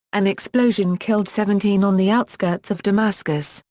an explosion killed seventeen on the outskirts of damascus,